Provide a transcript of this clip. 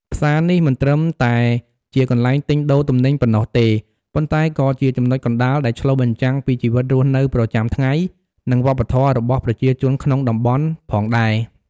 ផ្សារនេះមិនត្រឹមតែជាកន្លែងទិញដូរទំនិញប៉ុណ្ណោះទេ ប៉ុន្តែក៏ជាចំណុចកណ្ដាលដែលឆ្លុះបញ្ចាំងពីជីវិតរស់នៅប្រចាំថ្ងៃ និងវប្បធម៌របស់ប្រជាជនក្នុងតំបន់ផងដែរ។